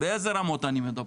באיזה רמות אני מדבר?